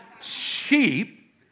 Sheep